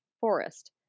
Forest